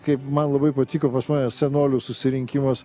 kaip man labai patiko pas mane senolių susirinkimas